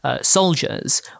Soldiers